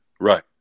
Right